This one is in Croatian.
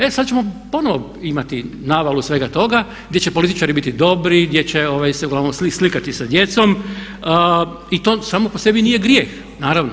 E sada ćemo ponovo imati navalu svega toga gdje će političari biti dobri, gdje će se uglavnom slikati sa djecom i to samo po sebi nije grijeh, naravno.